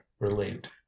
relieved